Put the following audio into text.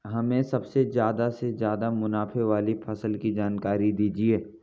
हमें सबसे ज़्यादा से ज़्यादा मुनाफे वाली फसल की जानकारी दीजिए